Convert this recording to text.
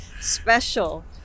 special